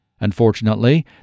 Unfortunately